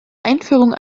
einführung